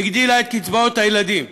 הגדילה את קצבאות הילדים.